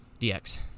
DX